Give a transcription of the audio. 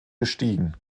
gestiegen